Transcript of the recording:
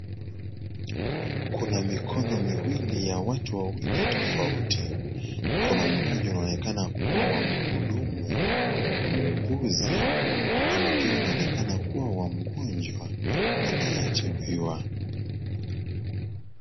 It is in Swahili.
Kuna mikono miwili ya watu wawili tofauti, mkono moja unaonekana kuwa wa mhudumu, muuguzi na mwingine unaonekana kuwa wa mgonjwa anayetibiwa.